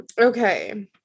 okay